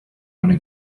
wanna